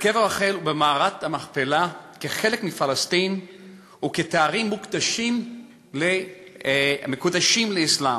בקבר רחל ובמערת המכפלה חלק מפלסטין ואתרים המקודשים לאסלאם,